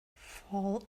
fall